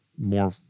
more